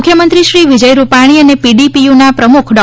મુખ્યમંત્રી શ્રી વિજય રૂપાણી અને પીડીપીયુના પ્રમુખ ડૉ